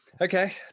okay